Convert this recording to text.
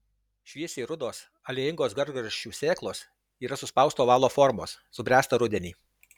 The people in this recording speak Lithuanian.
šviesiai rudos aliejingos gražgarsčių sėklos yra suspausto ovalo formos subręsta rudenį